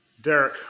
Derek